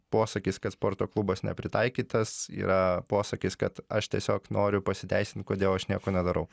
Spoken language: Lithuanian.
posakis kad sporto klubas nepritaikytas yra posakis kad aš tiesiog noriu pasiteisint kodėl aš nieko nedarau